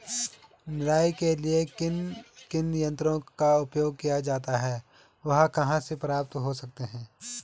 निराई के लिए किन किन यंत्रों का उपयोग किया जाता है वह कहाँ प्राप्त हो सकते हैं?